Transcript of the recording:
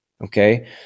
okay